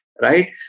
Right